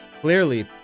clearly